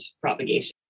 propagation